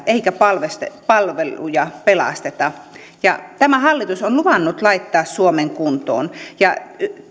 eikä palveluja pelasteta tämä hallitus on luvannut laittaa suomen kuntoon ja